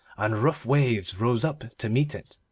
and rough waves rose up to meet it.